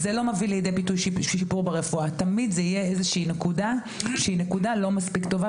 זו תמיד תהיה נקודה לא מספיק טובה.